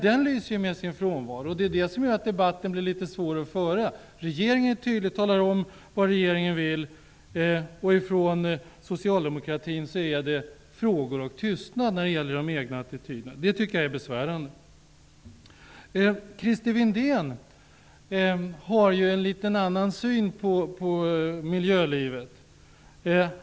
Den lyser med sin frånvaro. Det gör att debatten blir litet svår att föra. Regeringen talar tydligt om vad regeringen vill. Från socialdemokratin är det frågor och tystnad när det gäller de egna attityderna. Det tycker jag är besvärande. Christer Windén har en annan syn på miljölivet.